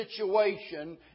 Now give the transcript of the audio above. situation